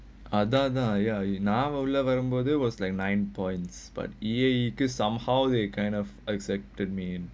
நா உள்ளே வரும்போது:naa ullae varumpodhu was like nine points but he could somehow they kind of like accepted me